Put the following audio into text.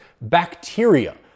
Bacteria